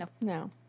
No